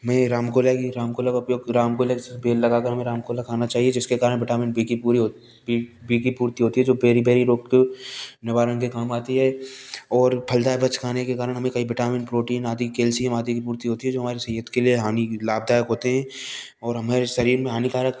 मै राम को लाएगी राम को लगा उपयोग राम को बेल लगाकर हमें राम को ल खाना चाहिए जिसके कारण विटामिन बी की पूरी होती बी की पूर्ति होती है जो बेरी बेरी रोग क निवारण के काम आती है और फलदार वृक्ष खाने के कारण हमें कई विटामीन प्रोटीन आदि कैल्शियम आदि की पूर्ति होती है जो हमारी सेहत के लिए हानि लाभदायक होते हैं और हमारे शरीर में हानिकारक